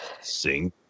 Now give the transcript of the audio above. Sing